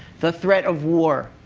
the threat of war,